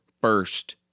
first